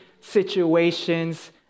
situations